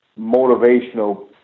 motivational